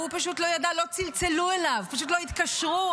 הוא פשוט לא ידע, לא צלצלו אליו, פשוט לא התקשרו.